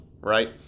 right